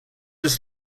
just